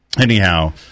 anyhow